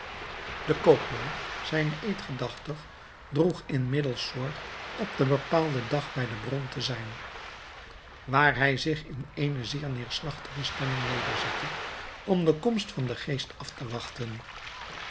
de koopman zijnen eed gedachtig droeg inmiddels zorg op den bepaalden dag bij de bron te zijn waar hij zich in eene zeer neêrslagtige stemming nederzette om de komst van den geest af te wachten